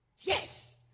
Yes